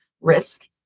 risk